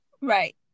right